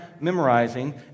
memorizing